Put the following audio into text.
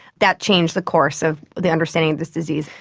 that changed the course of the understanding of this disease.